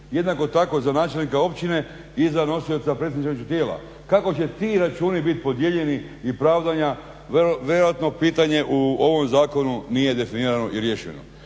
Jednako tako za načelnika općine i za nosioca predstavničkog tijela. kako će ti računi biti podijeljeni i pravdanja vjerojatno pitanje u ovom zakonu nije definirano i riješeno.